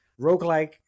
roguelike